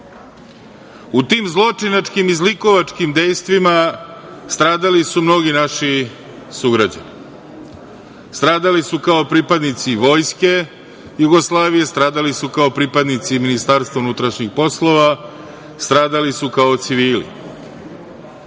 tim zločinačkim i zlikovačkim dejstvima stradali su mnogi naši sugrađani, stradali su kao pripadnici vojske Jugoslavije, stradali su kao pripadnici Ministarstva unutrašnjih poslova, stradali su kao civili. Danas,